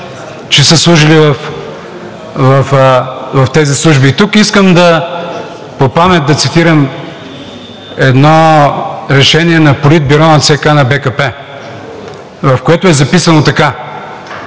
че са служили в тези служби. Тук искам по памет да цитирам едно решение на Политбюро на ЦК на БКП, в което е записано така: